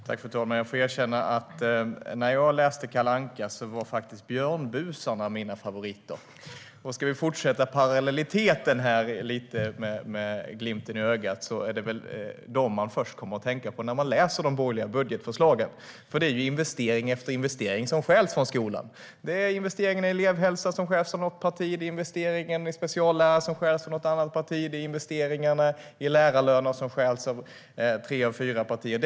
Fru talman! Jag får erkänna att Björnbusarna var mina favoriter när jag läste Kalle Anka. Ska vi fortsätta parallelliteten med glimten i ögat kan jag väl säga att det är dem man först kommer att tänka på när man läser de borgerliga budgetförslagen. Investering efter investering stjäls från skolan. Investeringarna i elevhälsa stjäls av något parti. Investeringarna i speciallärare stjäls av något annat parti. Investeringarna i lärarlöner stjäls av tre av fyra partier.